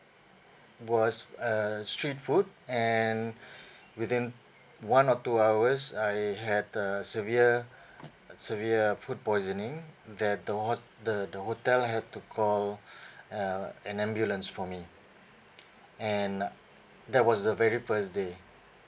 was uh street food and within one or two hours I had uh severe severe food poisoning that the hot~ the the hotel had to call uh an ambulance for me and uh that was the very first day